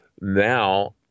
now